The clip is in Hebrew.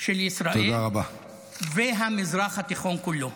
של ישראל והמזרח התיכון כולו.